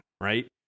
right